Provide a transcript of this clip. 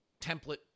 template